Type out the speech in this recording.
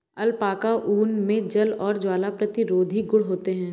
alpaca ऊन मे जल और ज्वाला प्रतिरोधी गुण होते है